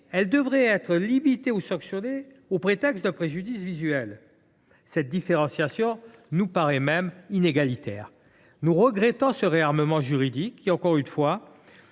serait limitée ou sanctionnée au prétexte d’un préjudice visuel. Cette différenciation nous semble inégalitaire. Nous regrettons ce réarmement juridique qui, encore une fois,